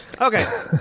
Okay